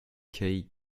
kay